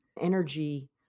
energy